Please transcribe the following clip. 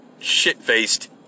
shit-faced